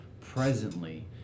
presently